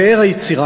פאר היצירה,